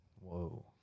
Whoa